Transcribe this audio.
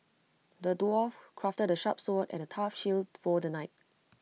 the dwarf crafted A sharp sword and A tough shield for the knight